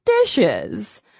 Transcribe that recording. dishes